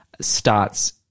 starts